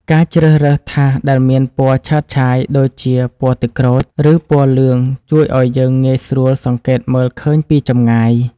ការជ្រើសរើសថាសដែលមានពណ៌ឆើតឆាយដូចជាពណ៌ទឹកក្រូច ឬពណ៌លឿងជួយឱ្យយើងងាយស្រួលសង្កេតមើលឃើញពីចម្ងាយ។